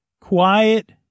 quiet